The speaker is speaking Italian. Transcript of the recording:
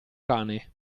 cane